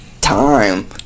Time